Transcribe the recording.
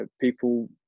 People